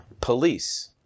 police